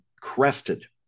crested